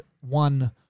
one